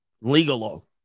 legal